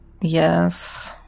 Yes